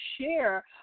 share